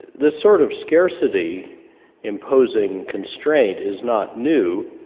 this sort of scarcity imposing constraint is not new.